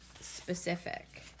specific